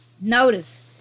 Notice